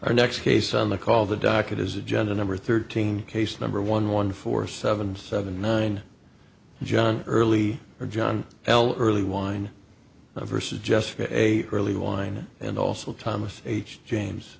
our next case on the call the docket is agenda number thirteen case number one one four seven seven nine john early or john l early wine versus just a early wine and also thomas h james